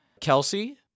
Kelsey